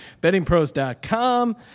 bettingpros.com